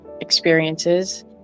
experiences